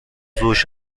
روش